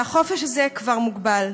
והחופש הזה כבר מוגבל.